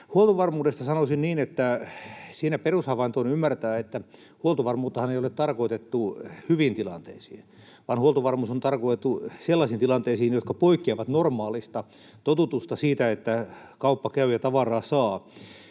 Huoltovarmuudesta sanoisin niin, että siinä perushavainto on ymmärtää, että huoltovarmuuttahan ei ole tarkoitettu hyviin tilanteisiin, vaan huoltovarmuus on tarkoitettu sellaisiin tilanteisiin, jotka poikkeavat normaalista totutusta, siitä, että kauppa käy ja tavaraa saa.